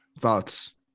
Thoughts